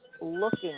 looking